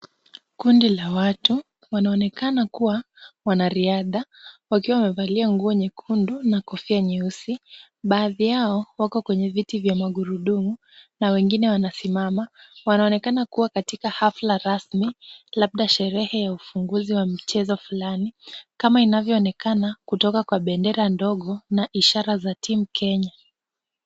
Kundi la watu, wanaonekana kuwa wanariadha, wakiwa wamevalia nguo nyekundu na kofia nyeusi. Baadhi yao wako kwenye viti vya magurudumu na wengine wanasimama, wanaonekana kuwa katika hafla rasmi, labda sherehe ya ufunguzi wa mchezo flani kama inavyoonekana kutoka kwa bendera ndogo na ishara za timu Kenya.